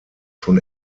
schon